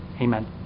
amen